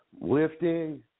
lifting